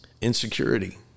Insecurity